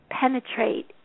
penetrate